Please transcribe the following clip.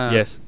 Yes